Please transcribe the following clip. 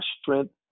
strength